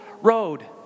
road